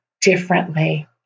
differently